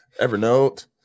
Evernote